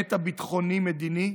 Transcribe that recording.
לקבינט הביטחוני-מדיני,